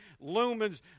lumens